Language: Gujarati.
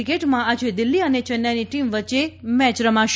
ક્રિકેટમાં આજે દિલ્ફી અને ચેન્નાઇની ટીમ વચ્ચે મેય રમાશે